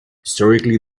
historically